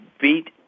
beat